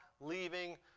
leaving